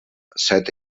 set